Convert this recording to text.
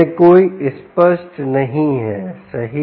यह कोई स्पष्ट नहीं है सही